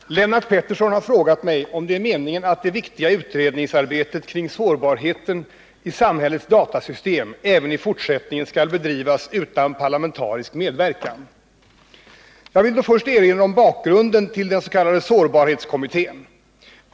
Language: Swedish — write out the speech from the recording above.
Herr talman! Lennart Pettersson har frågat mig om det är meningen att det viktiga utredningsarbetet kring sårbarheten i samhällets datasystem även i fortsättningen skall bedrivas utan parlamentarisk medverkan. Jag vill då först erinra om bakgrunden till den s.k. sårbarhetskommittén.